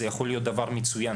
זה יכול להיות דבר מצוין.